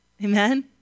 Amen